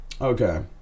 Okay